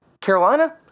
Carolina